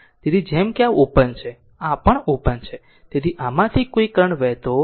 તેથી જેમ કે આ ઓપન છે આ પણ ઓપન છે તેથી આમાંથી કોઈ કરંટ વહેતો નથી